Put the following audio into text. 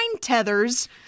tethers